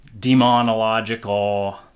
demonological